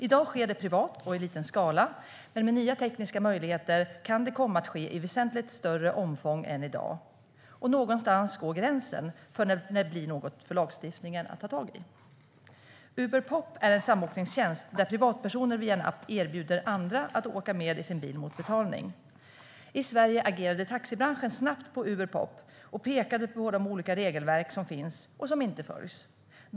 I dag sker det privat och i liten skala, men med nya tekniska möjligheter kan det komma att ske i väsentligt större omfång än i dag, och någonstans går gränsen för när det blir något för lagstiftningen att ta tag i. Uberpop är en samåkningstjänst där privatpersoner via en app erbjuder andra att åka med i deras bil mot betalning. I Sverige reagerade taxibranschen snabbt på Uberpop och pekade på de olika regelverk som finns och som inte följs.